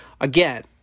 Again